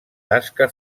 tasca